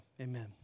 Amen